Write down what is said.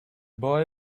boy